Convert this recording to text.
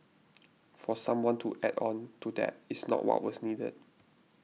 for someone to add on to that is not what was needed